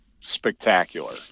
spectacular